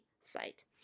site